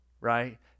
right